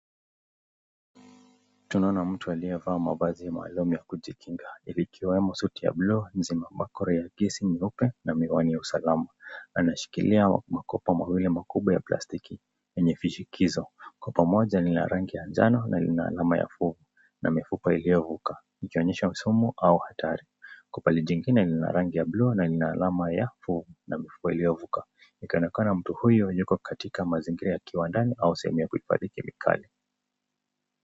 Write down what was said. Tunaona mtu aliyevaa mavazi ambayo ni ya kujikinga, ikowemo suti ya buluu iliyokolea, gesi nyeupe na miwani ya usalama, ameshikilia makopo mawili makubwa ya plastiki yenye vishikizo, kopo moja ni ya rangi ya njano lina alama ya fomu na mifupa ilivovuka, ikionyesha sumu, au hatari, kopo jingine lina rangi ya buluu na lina alama ya fomu na mifupa iliyovuka, likionekana mtu huyu yuko kaitika sehemu ya viwandani au sehemu ya kuhifadhi kemikali.